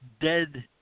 dead